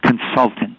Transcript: consultant